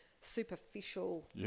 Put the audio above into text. superficial